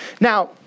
Now